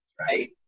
right